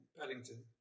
Paddington